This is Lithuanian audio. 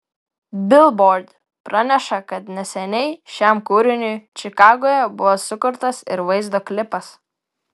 bilbord praneša kad neseniai šiam kūriniui čikagoje buvo sukurtas ir vaizdo klipas